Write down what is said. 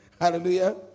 Hallelujah